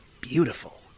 beautiful